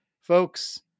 folks